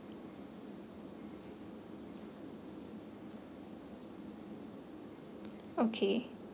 okay